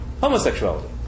Homosexuality